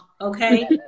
okay